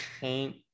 paint